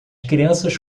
crianças